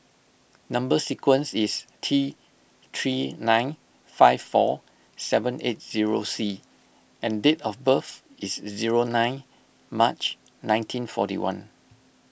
Number Sequence is T three nine five four seven eight zero C and date of birth is zero nine March nineteen forty one